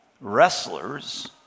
wrestlers